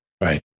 Right